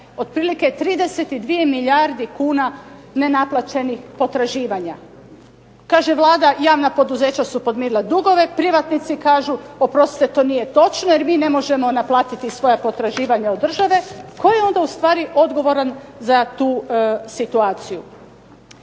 otprilike 32 milijarde kuna nenaplaćenih potraživanja. Kaže Vlada javna poduzeća su podmirila dugove. Privatnici kažu oprostite to nije točno jer mi ne možemo naplatiti svoja potraživanja od države. Tko je onda u stvari odgovoran za tu situaciju?